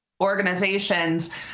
organizations